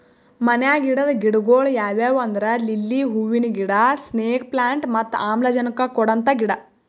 ಮನ್ಯಾಗ್ ಇಡದ್ ಗಿಡಗೊಳ್ ಯಾವ್ಯಾವ್ ಅಂದ್ರ ಲಿಲ್ಲಿ ಹೂವಿನ ಗಿಡ, ಸ್ನೇಕ್ ಪ್ಲಾಂಟ್ ಮತ್ತ್ ಆಮ್ಲಜನಕ್ ಕೊಡಂತ ಗಿಡ